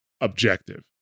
objective